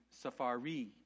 safari